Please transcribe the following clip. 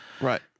Right